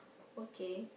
okay